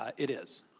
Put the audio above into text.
ah it is.